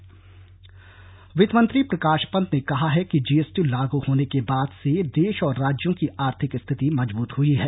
GST वित्त मंत्री प्रकाश पंत ने कहा है कि जीएसटी लागू होने के बाद से देश और राज्यो की आर्थिक स्थिति मजबूत हई है